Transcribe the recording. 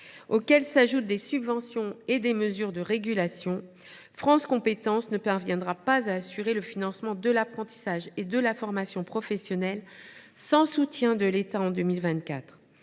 auxquels s’ajoutent des subventions et des mesures de régulation, France Compétences ne parviendra pas à assurer le financement de l’apprentissage et de la formation professionnelle sans soutien de l’État en 2024.